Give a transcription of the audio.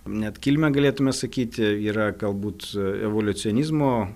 net kilmę galėtume sakyti yra galbūt evoliucionizmo